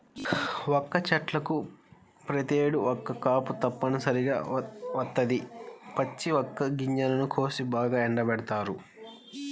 వక్క చెట్లకు ప్రతేడు ఒక్క కాపు తప్పనిసరిగా వత్తది, పచ్చి వక్క గింజలను కోసి బాగా ఎండబెడతారు